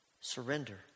Surrender